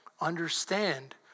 understand